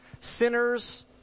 sinners